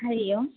हरिः ओम्